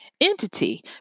entity